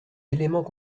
éléments